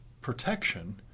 protection